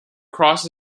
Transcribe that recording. cross